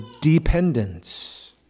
dependence